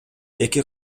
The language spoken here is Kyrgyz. эки